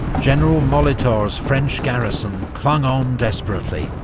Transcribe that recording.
general molitor's french garrison clung on desperately,